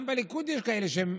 גם בליכוד יש כאלה שהם